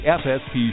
fsp